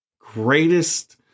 greatest